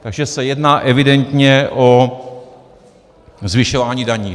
Takže se jedná evidentně o zvyšování daní.